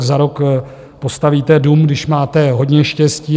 Za rok postavíte dům, když máte hodně štěstí.